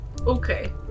Okay